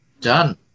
done